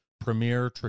premier